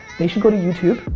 they should go to youtube.